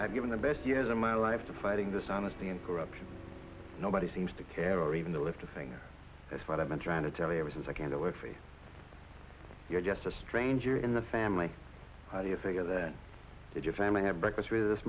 i've given the best years of my life to fighting dishonesty and corruption nobody seems to care or even the little thing that's what i've been trying to tell you ever since i came to work for you you're just a stranger in the family how do you figure that if your family had breakfast with this